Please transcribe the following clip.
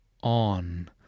on